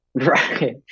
right